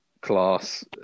class